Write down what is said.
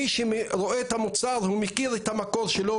מי שרואה את המוצר ומכיר את המקור שלו,